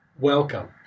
welcome